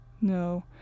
No